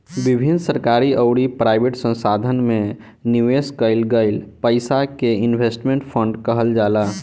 विभिन्न सरकारी अउरी प्राइवेट संस्थासन में निवेश कईल गईल पईसा के इन्वेस्टमेंट फंड कहल जाला